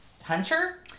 Hunter